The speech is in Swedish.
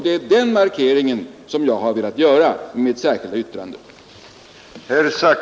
Det är den markeringen som jag har velat göra i mitt särskilda yttrande.